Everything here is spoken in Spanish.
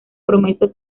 promesas